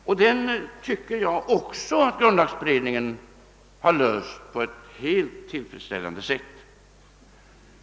Den frågan tycker jag också att grundlagberedningen löst på ett tillfredsställande sätt.